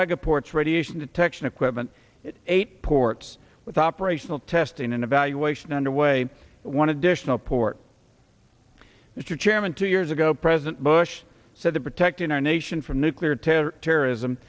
mega ports radiation detection equipment eight ports with operational testing and evaluation underway one additional port if your chairman two years ago president bush said that protecting our nation from nuclear terror